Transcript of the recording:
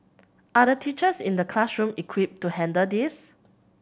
are the teachers in the classroom equipped to handle this